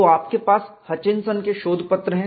तो आपके पास हचिंसन के शोध पत्र हैं